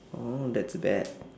oh that's bad